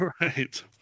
Right